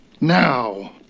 now